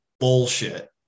bullshit